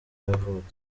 yavutse